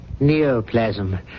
neoplasm